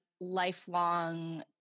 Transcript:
lifelong